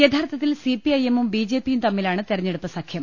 യഥാർത്ഥത്തിൽ സിപിഐഎമ്മും ബി ജെ പിയും തമ്മിലാണ് തെർഞ്ഞെടുപ്പ് സഖ്യം